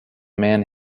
man